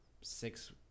six